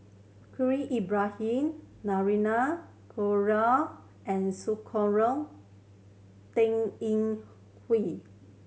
Khalil Ibrahim Naraina and Sakura Teng Ying Hui